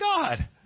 God